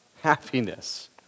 happiness